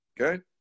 Okay